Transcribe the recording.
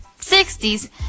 60s